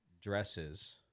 dresses